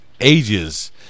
ages